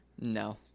No